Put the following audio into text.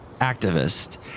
activist